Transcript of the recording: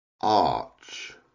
arch